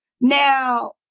now